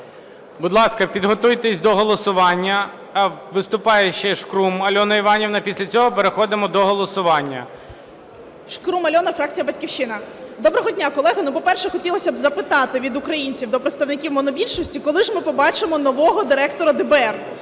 Будь ласка, підготуйтесь до голосування. Виступає ще Шкрум Альона Іванівна, після цього переходимо до голосування. 11:55:16 ШКРУМ А.І. Шкрум Альона, фракція "Батьківщина". Доброго дня, колеги! Ну, по-перше, хотілось би запитати від українців до представників монобільшості. Коли ж ми побачимо нового директора ДБР?